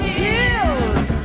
feels